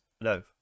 no